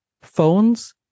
phones